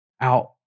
out